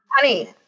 Honey